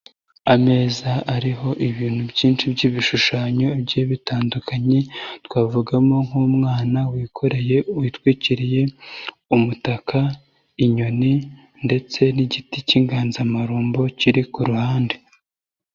Ameza ariho ibintu byinshi by'ibishushanyo bigiye bitandukanye, twavugamo nk'umwana wikoreye witwikiriye umutaka, inyoni ndetse n'igiti cy'inganzamarumbo kiri ku ruhande.